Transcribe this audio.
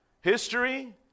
history